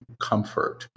comfort